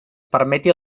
permeta